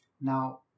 Now